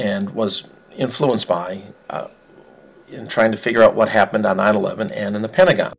and was influenced by him trying to figure out what happened on nine eleven and in the pentagon